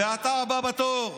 ואתה הבא בתור.